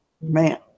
Man